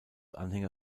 anhänger